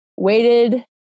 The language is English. Waited